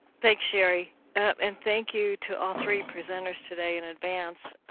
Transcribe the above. thanks sherri and thank you to all three presenters today in advance.